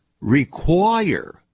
require